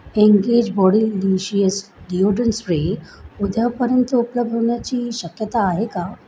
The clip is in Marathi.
एंगेज बॉडीलिशियस डिओड्रन स्प्रे उद्यापर्यंत उपलब्ध होण्याची शक्यता आहे का